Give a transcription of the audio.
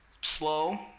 slow